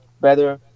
better